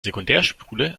sekundärspule